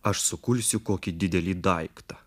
aš sukulsiu kokį didelį daiktą